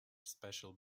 special